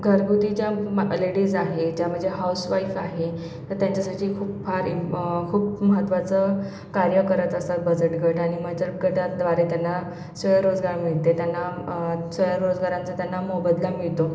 घरगुतीच्या ladies आहेत ज्या म्हणजे हाऊसवाईफ आहे तर त्यांच्यासाठी खूप फार इंप खूप महत्वाचं कार्य करत असतात बचत गट आणि म्हणजे बचत गटाद्वारे त्यांना स्वयंरोजगार मिळते त्यांना स्वयंरोजगाराचा त्यांना मोबदला मिळतो